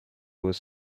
was